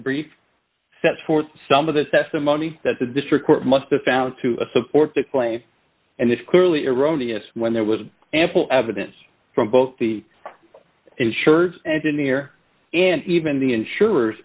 brief sets forth some of the testimony that the district court must have found to support the claim and this clearly erroneous when there was ample evidence from both the insured engineer and even the insurers